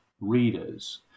readers